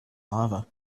lava